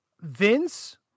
Vince